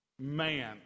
man